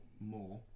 more